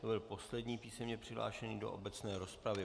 To byl poslední písemně přihlášený do obecné rozpravy.